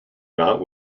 knott